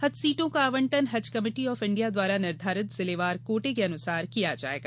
हज सीटों का आवंटन हज कमेटी ऑफ इण्डिया द्वारा निर्धारित जिलेवार कोटे के अनुसार किया जायेगा